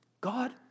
God